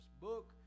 book